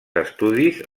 estudis